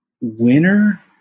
winner